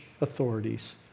authorities